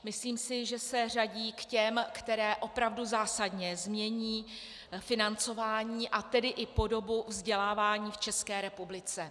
Myslím si, že se řadí k těm, které opravdu zásadně změní financování, a tedy i podobu vzdělávání v České republice.